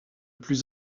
plus